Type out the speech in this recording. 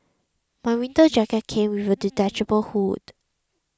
my winter jacket came with a detachable hood